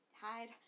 Hide